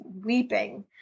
weeping